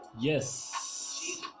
yes